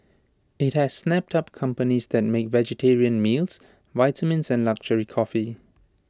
IT has snapped up companies that make vegetarian meals vitamins and luxury coffee